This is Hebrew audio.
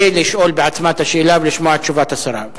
לשאול בעצמה את השאלה ולשמוע את תשובת השרה.